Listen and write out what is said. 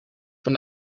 van